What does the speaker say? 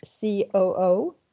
COO